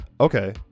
Okay